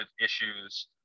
issues